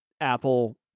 Apple